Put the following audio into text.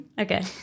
okay